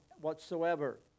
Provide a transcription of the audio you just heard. whatsoever